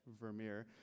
Vermeer